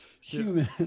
human